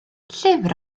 llyfr